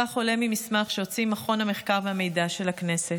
כך עולה ממסמך שהוציא מכון המחקר והמידע של הכנסת.